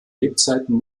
lebzeiten